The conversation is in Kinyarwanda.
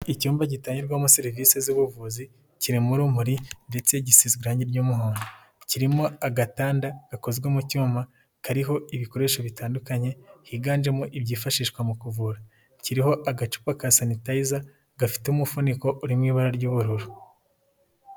Icyumba gitangirwamo serivisi z'ubuvuzi, kiririmo urumuri ndetse gisi irangi ry'umuhondo, kirimo agatanda gakozwe mu cyuma, kariho ibikoresho bitandukanye higanjemo ibyifashishwa mu kuvura, kiriho agacupa ka sanitayiza gafite umufuniko uririmo ibara ry'ubururu.